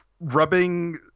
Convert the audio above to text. rubbing